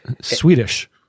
Swedish